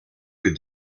que